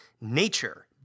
Nature